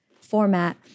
format